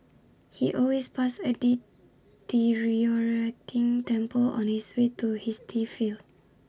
he always passed A deteriorating temple on his way to his tea field